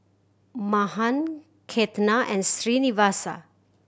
Mahan Ketna and Srinivasa